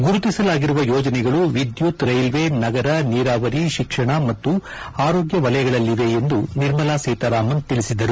ಗುರುತಿಸಲಾಗಿರುವ ಯೋಜನೆಗಳು ವಿದ್ಯುತ್ ರೈಲ್ಲೆ ನಗರ ನೀರಾವರಿ ಶಿಕ್ಷಣ ಮತ್ತು ಆರೋಗ್ಗ ವಲಯಗಳಲ್ಲಿವೆ ಎಂದು ನಿರ್ಮಲಾ ಸೀತಾರಾಮನ್ ತಿಳಿಸಿದರು